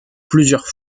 plusieurs